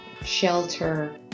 shelter